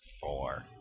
Four